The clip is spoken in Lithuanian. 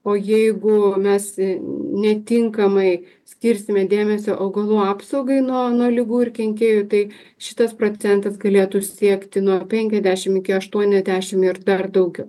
o jeigu mes netinkamai skirsime dėmesio augalų apsaugai nuo nuo ligų ir kenkėjų tai šitas procentas galėtų siekti nuo penkiasdešimt iki aštuoniasdešimt ir dar daugiau